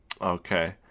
Okay